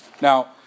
Now